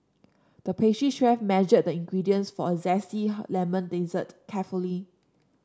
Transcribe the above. the pastry chef measured the ingredients for a zesty lemon dessert carefully